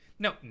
No